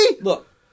Look